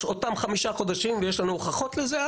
אותם חמישה חודשים ויש לנו הוכחות לזה,